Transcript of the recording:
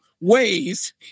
ways